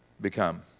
become